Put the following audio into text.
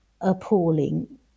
appalling